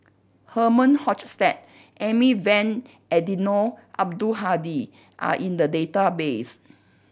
Herman Hochstadt Amy Van Eddino Abdul Hadi are in the database